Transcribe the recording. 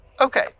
Okay